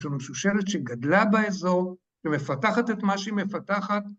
‫יש לנו משושלת שגדלה באזור ‫ומפתחת את מה שהיא מפתחת.